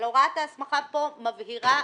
אבל הוראת ההסמכה פה מבהירה